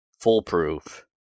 foolproof